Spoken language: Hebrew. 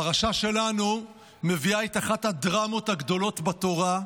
הפרשה שלנו מביאה את אחת הדרמות הגדולות בתורה.